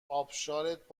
آبشارت